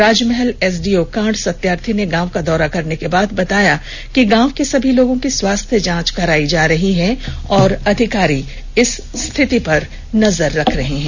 राजमहल SDO Karna Satyarthi ने गांव का दौरा करने के बाद बताया कि गांव के सभी लोगों की स्वास्थ्य जांच कराई जा रही है और अधिकारी नजर रख रहे हैं